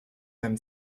them